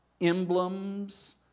emblems